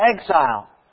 exile